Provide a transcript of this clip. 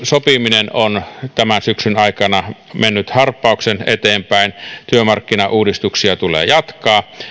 sopiminen on tämän syksyn aikana mennyt harppauksen eteenpäin työmarkkinauudistuksia tulee jatkaa